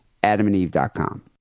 adamandeve.com